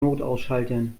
notausschaltern